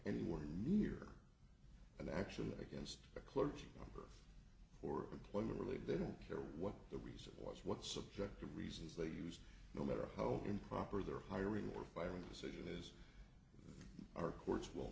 anywhere near an action against a clergy or or employer really they don't care what the reason was what subject the reasons they used no matter how improper their hiring or firing decision is our courts will